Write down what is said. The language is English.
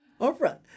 oprah